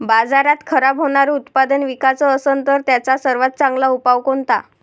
बाजारात खराब होनारं उत्पादन विकाच असन तर त्याचा सर्वात चांगला उपाव कोनता?